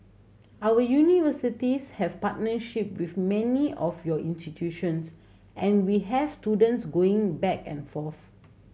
our universities have partnership with many of your institutions and we have students going back and forth